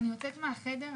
אני יוצאת מהחדר,